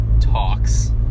talks